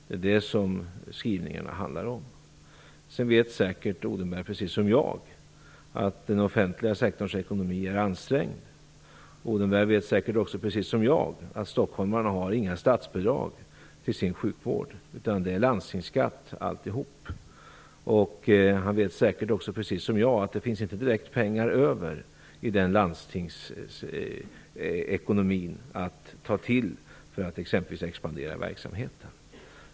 Det är det som skrivningarna handlar om. Sedan vet säkert Odenberg, precis som jag, att den offentliga sektorns ekonomi är ansträngd. Odenberg vet säkert också, precis som jag, att stockholmarna inte har några statsbidrag till sin sjukvård. Det är landstingsskatt alltihop. Han vet säkert också, precis som jag, att det inte finns pengar över i landstingsekonomin för att expandera verksamheten.